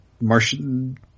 Martian